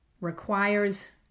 requires